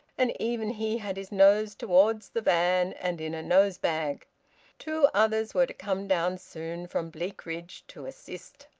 and even he had his nose towards the van, and in a nosebag two others were to come down soon from bleakridge to assist.